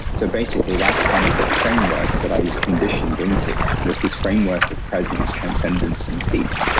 so basically, that's kind of the framework that i was conditioned into was this framework of presence transcendence, and peace.